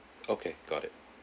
okay got it